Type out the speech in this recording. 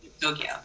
Tokyo